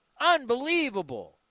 Unbelievable